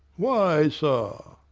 why, sir?